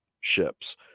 ships